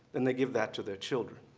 then they give that to their children.